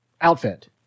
outfit